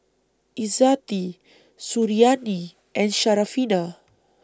Izzati Suriani and Syarafina